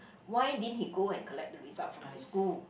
why didn't he go and collect the result from the school